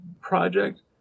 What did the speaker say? project